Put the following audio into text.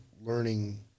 learning